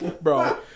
bro